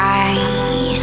eyes